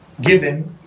given